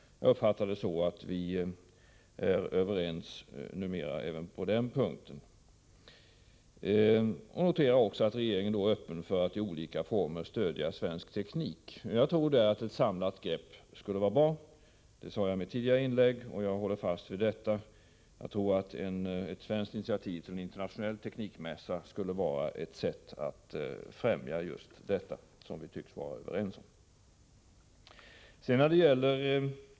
Jag uppfattar att vi numera är överens även på den punkten. Jag noterar också att regeringen är öppen för att i olika former stödja svensk teknik. Ett samlat grepp skulle vara bra. Det sade jag i ett tidigare inlägg, och jag håller fa: vid den ståndpunkten. Ett svenskt inititativ till en internationell teknikmässa skulle vara ett sätt att främja just det som vi tycks vara överens om.